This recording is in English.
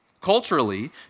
Culturally